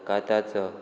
ताका ताचो